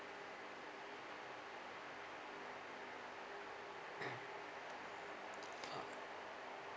oh